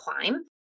climb